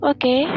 Okay